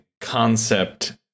concept